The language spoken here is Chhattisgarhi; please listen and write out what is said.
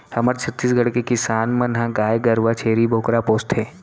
हमर छत्तीसगढ़ के किसान मन ह गाय गरूवा, छेरी बोकरा पोसथें